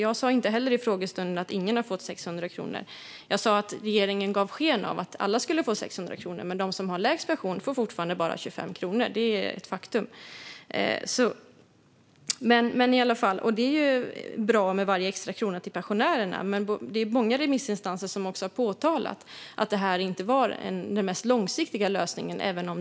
Jag sa inte heller på frågestunden att ingen har fått 600 kronor. Jag sa att regeringen gav sken av att alla skulle få 600 kronor, men de som har lägst pension får fortfarande bara 25 kronor. Det är ett faktum. Varje extra krona till pensionärerna är naturligtvis välkommen, men det är många remissinstanser som har påtalat att det här inte var den mest långsiktiga lösningen.